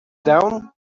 down